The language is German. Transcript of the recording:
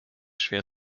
schwer